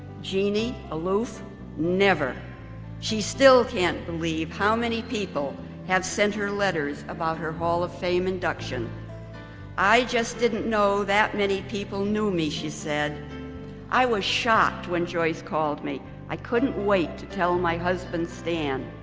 jeanne aloof never she still can't believe how many people have sent her letters about her hall of fame induction i just didn't know that many people knew me. she said i was shocked. when joyce called me i couldn't wait to tell my husband stan.